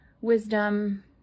wisdom